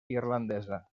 irlandesa